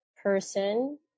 Person